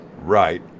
Right